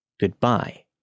Goodbye